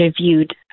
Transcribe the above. reviewed